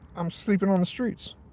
um sleeping on the streets.